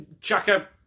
Chaka